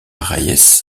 reyes